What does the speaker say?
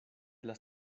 las